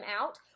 out